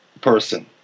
person